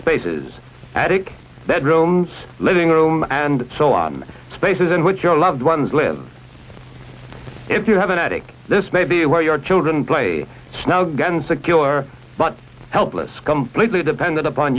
spaces attic bedrooms living room and so on spaces in which your loved ones live if you have an attic this may be where your children play now again secure but helpless completely dependent upon